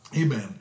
Amen